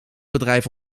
bedrijf